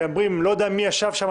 "לא יודע מי ישב שם,